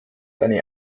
eine